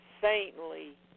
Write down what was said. saintly